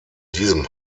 diesem